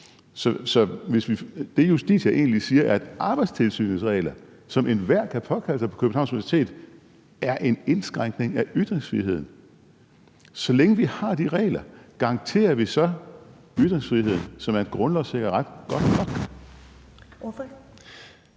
det, Justitia egentlig siger, er, at Arbejdstilsynets regler, som enhver kan påkalde sig på Københavns Universitet, er en indskrænkning af ytringsfriheden, garanterer vi, så længe vi har de regler, så ytringsfriheden, som er en grundlovssikret ret, godt nok?